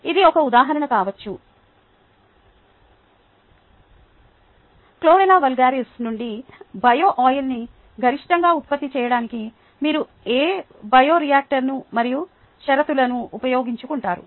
ఇది ఒక ఉదాహరణ కావచ్చు క్లోరెల్లా వల్గారిస్ నుండి బయో ఆయిల్ను గరిష్టంగా ఉత్పత్తి చేయడానికి మీరు ఏ బయోరియాక్టర్ మరియు షరతులను ఉపయోగించుకుంటారు